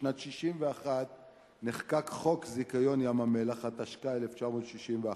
בשנת 1961 נחקק חוק זיכיון ים-המלח, התשכ"א 1961,